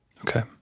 Okay